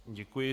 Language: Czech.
Děkuji.